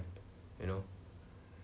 you know